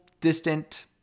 distant